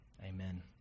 Amen